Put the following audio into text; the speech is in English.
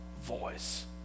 voice